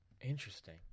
interesting